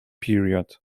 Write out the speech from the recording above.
period